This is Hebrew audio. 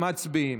מצביעים.